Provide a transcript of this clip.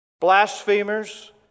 blasphemers